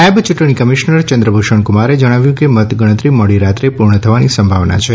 નાયબ ચૂંટણી કમિશ્નર ચંદ્ર ભૂષણ કુમારે જણાવ્યું કે મતગણતરી મોડી રાત્રે પૂર્ણ થવાની સંભાવના છે